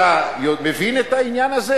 אתה מבין את העניין הזה,